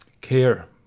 care